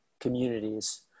communities